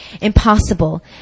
impossible